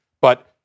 but-